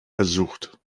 ersucht